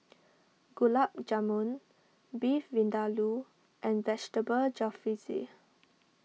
Gulab Jamun Beef Vindaloo and Vegetable Jalfrezi